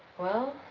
well,